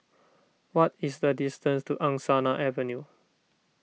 what is the distance to Angsana Avenue